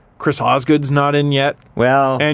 chris osgood's not in yet. well, and